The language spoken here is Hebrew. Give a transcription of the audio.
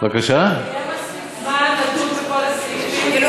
אדוני סגן השר, יהיה מספיק זמן לדון בכל הסעיפים?